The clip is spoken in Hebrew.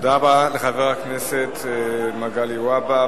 תודה רבה לחבר הכנסת מגלי והבה,